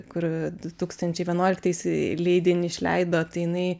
kur du tūkstančiai vienuoliktais leidinį išleido tai jinai